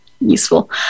Useful